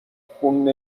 خون